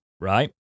right